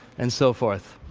and so forth.